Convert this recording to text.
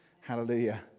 Hallelujah